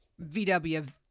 VW